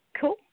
Cool